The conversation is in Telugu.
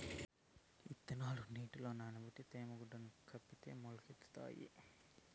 ఇత్తనాలు నీటిలో నానబెట్టి తేమ గుడ్డల కడితే మొలకెత్తుతాయి